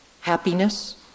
happiness